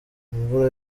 imvura